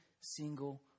single